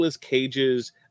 Cage's